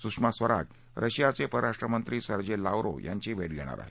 सुषमा स्वराज रशियाचे परराष्ट्रमंत्री Sergey Lavrov यांचीही भेट घेणार आहेत